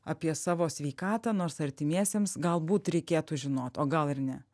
apie savo sveikatą nors artimiesiems galbūt reikėtų žinot o gal ir ne